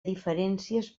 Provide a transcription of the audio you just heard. diferències